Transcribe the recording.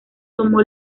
tomó